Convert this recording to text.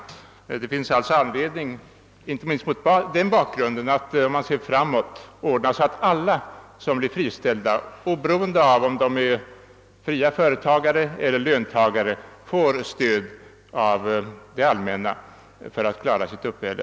Inte minst med hänsyn härtill är det angeläget att i framtiden ordna så att alla som blir friställda, oberoende av om de är fria företagare eller löntagare, får stöd av det allmänna för att klara sitt uppehälle.